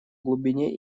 глубине